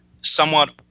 somewhat